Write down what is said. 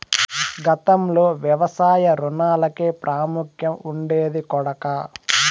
గతంలో వ్యవసాయ రుణాలకే ప్రాముఖ్యం ఉండేది కొడకా